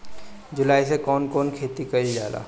जुलाई मे कउन कउन खेती कईल जाला?